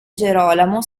gerolamo